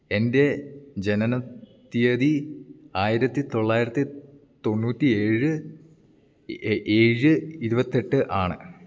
എൻ്റെ ജനനത്തീയതി ആയിരത്തി തൊള്ളായിരത്തി തൊണ്ണൂറ്റിയേഴ് ഏഴ് ഇരുപത്തിയെട്ടാണ്